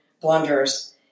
blunders